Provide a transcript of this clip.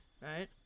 Right